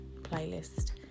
playlist